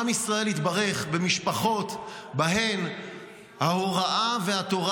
עם ישראל התברך במשפחות שבהן ההוראה והתורה